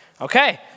Okay